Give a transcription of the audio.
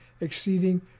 exceeding